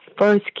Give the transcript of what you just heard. first